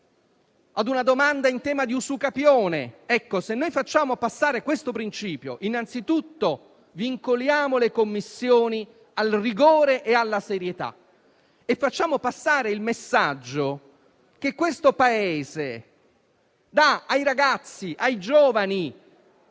a una domanda in tema di usucapione; se facciamo passare questo principio, innanzitutto vincoliamo le commissioni al rigore e alla serietà e facciamo passare il messaggio che questo Paese dà ai ragazzi e ai giovani